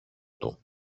του